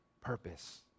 purpose